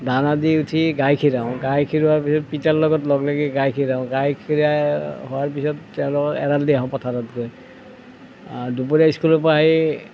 দানা দি উঠি গাই খীৰাওঁ গাই খীৰোৱাৰ পিছত পিতাৰ লগত লগ লাগি গাই খীৰাওঁ গাই খীৰোৱা হোৱাৰ পাছত তেওঁলোকক এৰাল দি আহোঁ পথাৰত গৈ দুপৰীয়া স্কুলৰ পৰা আহি